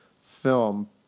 film